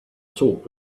talk